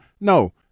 no